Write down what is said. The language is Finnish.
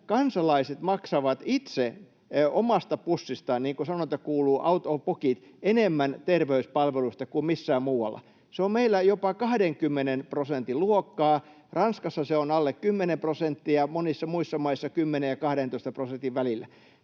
kansalaiset maksavat itse omasta pussistaan, niin kuin sanonta kuuluu, out of pocket, terveyspalveluista enemmän kuin missään muualla. Se on meillä jopa 20 prosentin luokkaa, Ranskassa se on alle 10 prosenttia, monissa muissa maissa 10 ja 12 prosentin välillä.